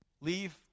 Leave